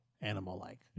animal-like